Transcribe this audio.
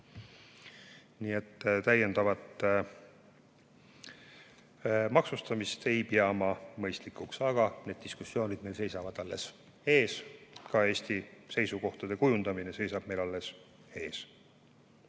Täiendavat maksustamist ei pea ma mõistlikuks, aga need diskussioonid seisavad meil alles ees. Ka Eesti seisukohtade kujundamine seisab meil alles ees.